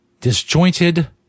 disjointed